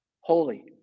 holy